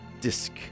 Disc